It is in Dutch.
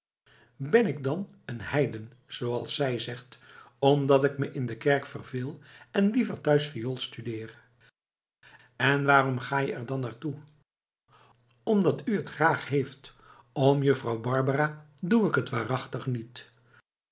ben ik dan een heiden zooals zij zegt omdat ik me in de kerk verveel en liever thuis viool studeer en waarom ga je er dan naar toe omdat u het graag heeft om juffrouw barbara doe ik t waarachtig niet